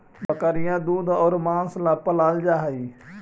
बकरियाँ दूध और माँस ला पलाल जा हई